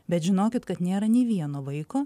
bet žinokit kad nėra nei vieno vaiko